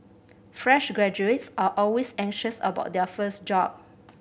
fresh graduates are always anxious about their first job